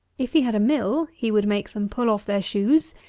if he had a mill, he would make them pull off their shoes,